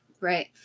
Right